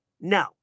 No